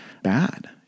bad